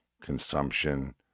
consumption